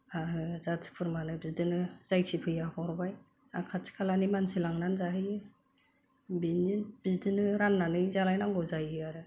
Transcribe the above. जाथि खुरमानो बिदिनो जायखि फैया हरबाय आरो खाथि खालानि मानसि लांनानै जाहैयो बेनो बिदिनो राननानै जालायनांगौ जायो आरो